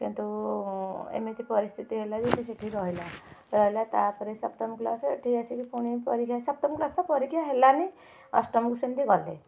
କିନ୍ତୁ ଏମିତି ପରିସ୍ଥିତି ହେଲା ଯେ ସେ ସେଠି ରହିଲା ରହିଲା ତା'ପରେ ସପ୍ତମ କ୍ଲାସ୍ ଏଠି ଆସିକି ପୁଣି ପରୀକ୍ଷା ସପ୍ତମ କ୍ଲାସ୍ ତ ପରୀକ୍ଷା ହେଲାନି ଅଷ୍ଟମକୁ ସେମିତି ଗଲେ